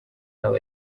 nabo